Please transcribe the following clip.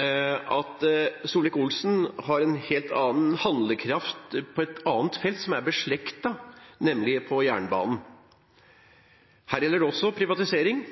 at Solvik-Olsen har en helt annen handlekraft på et annet felt, som er beslektet, nemlig jernbanen. Her gjelder også privatisering.